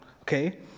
Okay